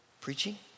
Preaching